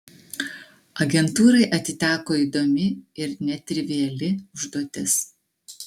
agentūrai atiteko įdomi ir netriviali užduotis